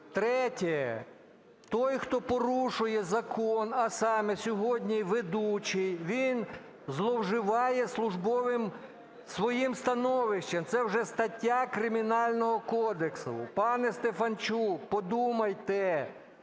Третє. Той, хто порушує закон, а саме сьогодні ведучий, він зловживає службовим своїм становищем. Це вже стаття Кримінального кодексу. Пане Стефанчук, подумайте,